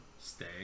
Stay